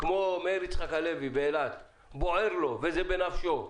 כמו מאיר יצחק הלוי באילת, בוער לו וזה בנפשו,